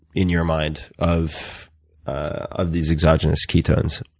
in your mind of ah these exogenous ketones?